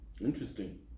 Interesting